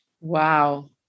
Wow